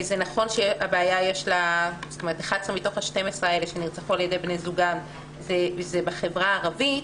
זה נכון ש-11 מתוך ה-12 האלה שנרצחו על ידי בני זוגן זה בחברה הערבית,